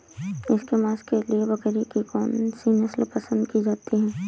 इसके मांस के लिए बकरी की कौन सी नस्ल पसंद की जाती है?